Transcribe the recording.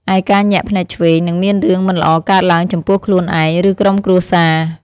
ឯ ការញាក់ភ្នែកឆ្វេង នឹងមានរឿងមិនល្អកើតឡើងចំពោះខ្លួនឯង ឬក្រុមគ្រួសារ។